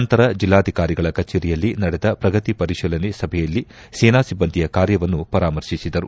ನಂತರ ಜಿಲ್ಲಾಧಿಕಾರಿಗಳ ಕಚೇರಿಯಲ್ಲಿ ನಡೆದ ಪ್ರಗತಿ ಪರಿಶೀಲನೆ ಸಭೆಯಲ್ಲಿ ಸೇನಾ ಸಿಬ್ಲಂದಿಯ ಕಾರ್ಯವನ್ನು ಪರಾಮರ್ಶಿಸಿದರು